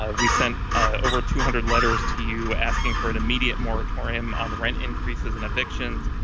ah we sent ah over two hundred letters to you asking for an immediate moratorium on rent increases and evictions.